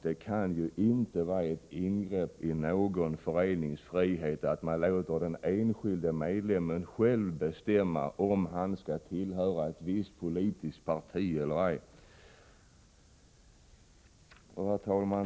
Men det kan inte vara ett ingrepp i någon förenings frihet att man låter den enskilde medlemmen själv bestämma om han skall tillhöra ett visst politiskt parti eller ej. Herr talman!